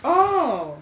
oh